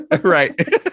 right